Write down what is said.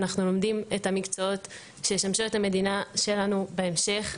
אנחנו לומדים את המקצועות שישמשו את המדינה שלנו בהמשך,